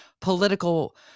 political